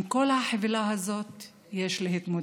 עם כל החבילה הזאת יש להתמודד.